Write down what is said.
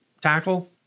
tackle